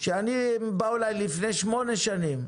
הם באו אליי לפני שמונה שנים.